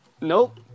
Nope